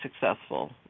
successful